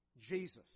Jesus